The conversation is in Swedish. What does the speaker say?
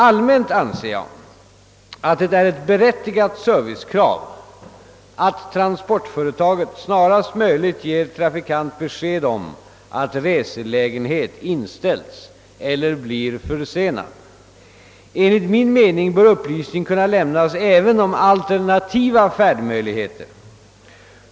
Allmänt sett anser jag att det är ett berättigat servicekrav att transportföretaget snarast möjligt ger trafikant besked om att reselägenhet inställts eller blir försenad. Enligt min mening bör upplysning kunna lämnas även om alternativa färdmöjligheter.